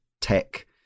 tech